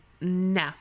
No